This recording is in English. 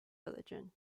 religion